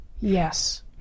yes